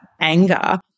anger